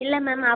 இல்லை மேம் அப்